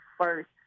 first